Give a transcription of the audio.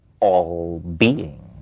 all-being